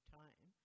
time